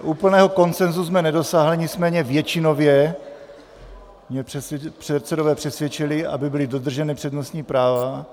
Úplného konsenzu jsme nedosáhli, nicméně většinově mě předsedové přesvědčili, aby byla dodržena přednostní práva.